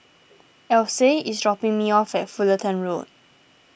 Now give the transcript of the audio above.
Ashleigh is dropping me off at Fullerton Road